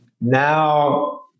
now